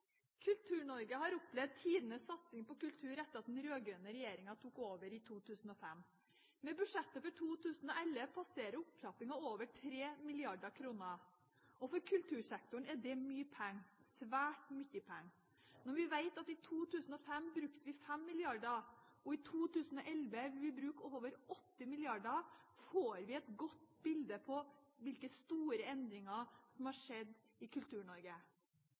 Kultur-Norge har opplevd tidenes satsing på kultur etter at den rød-grønne regjeringen tok over i 2005. Med budsjettet for 2011 passerer opptrappingen over 3 mrd. kr. For kultursektoren er det mye penger, svært mye penger. Når vi vet at i 2005 brukte vi 5 mrd. kr på kultur, og i 2011 vil vi bruke over 8 mrd. kr, får vi et godt bilde på hvilke store endringer som har skjedd i